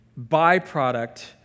byproduct